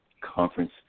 conference